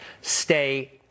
Stay